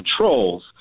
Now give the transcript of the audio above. controls